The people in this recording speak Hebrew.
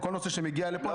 כל נושא שמגיע לפה,